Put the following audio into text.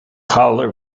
collar